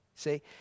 See